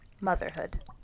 motherhood